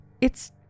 it's-